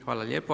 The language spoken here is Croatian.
Hvala lijepo.